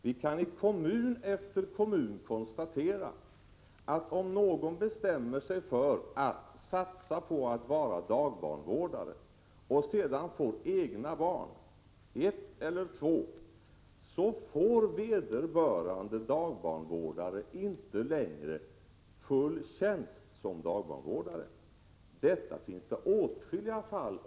Vi kan i kommun efter kommun konstatera att om någon bestämmer sig för att satsa på att vara dagbarnvårdare och sedan får egna barn — ett eller två — får vederbörande dagbarnvårdare inte längre full tjänst som dagbarnvårdare. Detta finns beskrivet i åtskilliga fall.